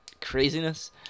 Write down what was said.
craziness